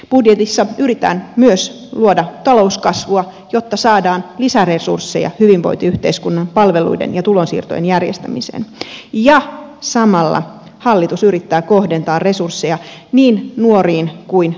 budjetissa yritetään myös luoda talouskasvua jotta saadaan lisäresursseja hyvinvointiyhteiskunnan palveluiden ja tulonsiirtojen järjestämiseen ja samalla hallitus yrittää kohdentaa resursseja niin nuoriin kuin vanhuspalveluihin